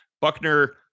Buckner